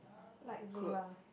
light blue lah